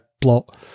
plot